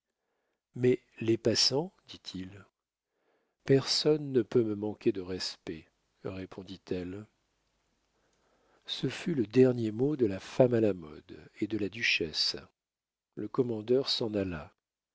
mais les passants dit-il personne ne peut me manquer de respect répondit-elle ce fut le dernier mot de la femme à la mode et de la duchesse le commandeur s'en alla